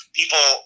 people